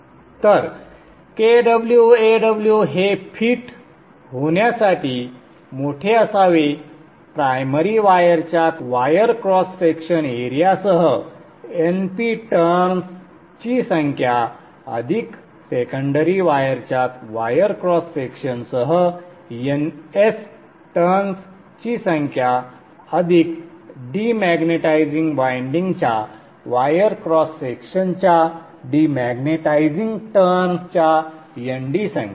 तर Kw Aw हे fit होण्यासाठी मोठे असावे प्रायमरी वायरच्या वायर क्रॉस सेक्शन एरिया सह Np टर्न्सची संख्या अधिक सेकंडरी वायरच्या वायर क्रॉस सेक्शनसह Ns टर्न्स ची संख्या अधिक डिमॅग्नेटाइझिंग वायंडिंगच्या वायर क्रॉस सेक्शनच्या डिमॅग्नेटाइझिंग टर्न्सच्या Nd संख्या